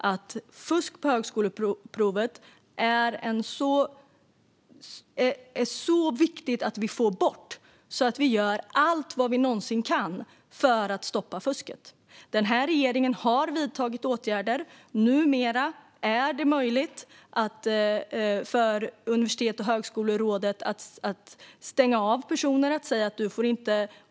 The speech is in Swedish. Att få bort fusket på högskoleprovet är så viktigt att vi gör allt vi någonsin kan för att stoppa fusket. Den här regeringen har vidtagit åtgärder. Numera är det möjligt för Universitets och högskolerådet att stänga av personer.